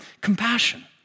compassion